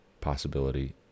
possibility